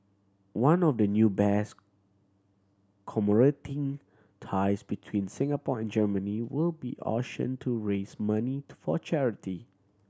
one of the new bears commemorating ties between Singapore and Germany will be auctioned to raise money for charity